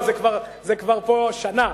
פה זה כבר שנה,